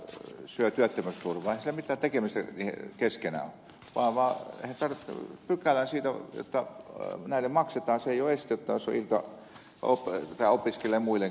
eihän niillä ole mitään tekemistä keskenään vaan tarvitaan pykälä siitä että näille maksetaan se ei ole este jos opiskelee iltaisin tai loppututkintoon tähtäävästi